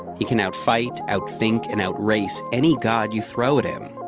he can outfight, outthink, and outrace any god you throw at him.